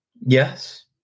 Yes